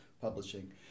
publishing